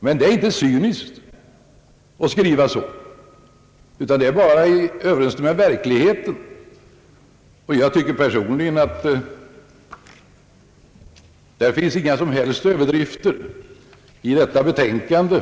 Men det är inte cyniskt att skriva detta, utan det står bara i överensstämmelse med verkligheten, och jag tycker personligen att det inte finns några som helst överdrifter i föreliggande betänkande.